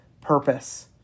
purpose